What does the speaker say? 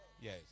yes